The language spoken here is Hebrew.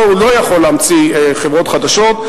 פה הוא לא יכול להמציא חברות חדשות.